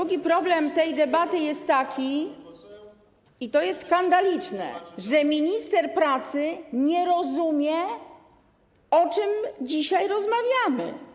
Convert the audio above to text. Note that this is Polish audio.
Drugi problem tej debaty jest taki, i to jest skandaliczne, że minister pracy nie rozumie, o czym dzisiaj rozmawiamy.